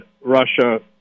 russia